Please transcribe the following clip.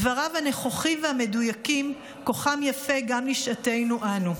דבריו הנכוחים והמדויקים כוחם יפה גם לשעתנו אנו: